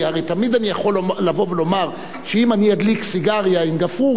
כי הרי תמיד אני יכול לבוא ולומר שאם אני אדליק סיגריה עם גפרור,